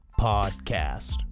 podcast